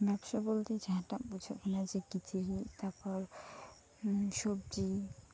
ᱵᱮᱵᱥᱟ ᱵᱚᱞᱛᱮ ᱡᱟᱦᱟᱸᱴᱟᱜ ᱵᱩᱡᱷᱟᱹᱜ ᱠᱟᱱᱟ ᱡᱮ ᱠᱤᱪᱨᱤᱪ ᱛᱟᱨᱯᱚᱨ ᱥᱚᱵᱡᱤ